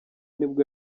nibwo